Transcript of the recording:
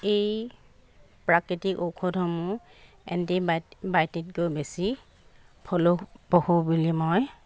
এই প্ৰাকৃতিক ঔষধসমূহ এণ্টি বায়টিকো বেছি ফলপ্ৰসূ বুলি মই